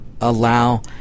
allow